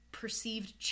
perceived